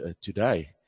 today